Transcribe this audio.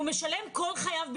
הוא משלם כל חייו ביטוח,